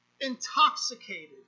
intoxicated